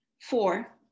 Four